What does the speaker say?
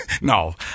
no